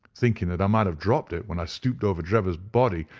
thinking that i might have dropped it when i stooped over drebber's body,